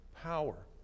power